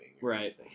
Right